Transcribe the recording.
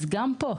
גם פה,